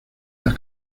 las